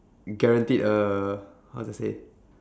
guaranteed uh how to say